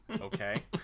Okay